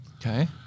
Okay